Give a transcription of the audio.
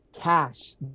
cash